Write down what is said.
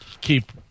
keep